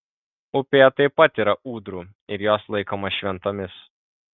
upėje taip pat yra ūdrų ir jos laikomos šventomis